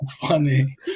funny